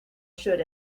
should